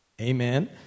Amen